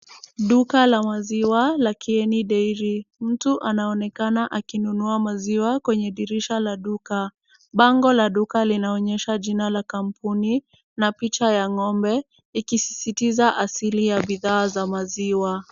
Duka la maziwa la Kieni dairy .Mtu anaonekana akinunua maziwa kwenye dirisha la duka. Bango la duka linaonyesha jina la kampuni na picha ya ng'ombe, ikisisitiza asili ya bidhaa za maziwa.